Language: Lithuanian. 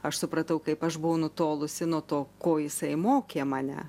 aš supratau kaip aš buvau nutolusi nuo to ko jisai mokė mane